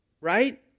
right